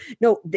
No